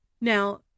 Now